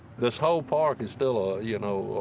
this whole park is still a, you know,